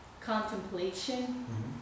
contemplation